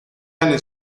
anni